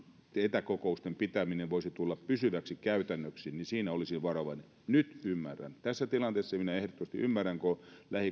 etäkokousten pitäminen voisi tulla pysyväksi käytännöksi siinä olisin varovainen nyt tämän ymmärrän tässä tilanteessa minä ehdottomasti ymmärrän kun lähikontakteja halutaan